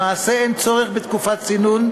למעשה, אין צורך בתקופת צינון,